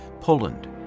Poland